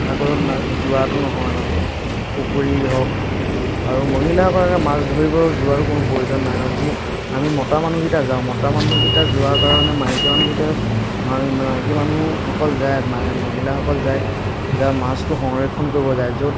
সাগৰত যোৱাতো নহয় মানে পুখুৰী হওক আৰু মহিলাসকলে মাছ ধৰিব যোৱাৰো কোনো প্ৰয়োজন নাই নহয় যি আমি মতা মানুহকেইটা যাওঁ মতা মানুহকেইটা যোৱাৰ কাৰণে মাইকী মানুহকেইটা মাইকী মানুহ অকল যায় মহিলাসকল যায় যে মাছটো সংৰক্ষণ কৰিব যায় য'ত